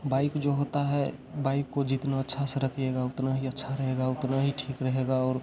bike जो होता है बाइक को जितना अच्छा सा रखिएगा उतना ही अच्छा रहेगा उतना ही ठीक रहेगा और